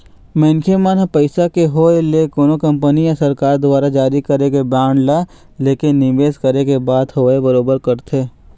मनखे मन ह पइसा के होय ले कोनो कंपनी या सरकार दुवार जारी करे गे बांड ला लेके निवेस करे के बात होवय बरोबर करथे